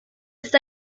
ist